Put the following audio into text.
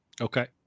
Okay